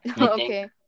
Okay